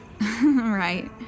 Right